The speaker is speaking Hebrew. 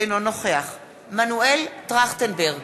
אינו נוכח מנואל טרכטנברג,